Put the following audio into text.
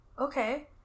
Okay